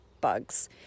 bugs